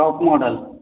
top model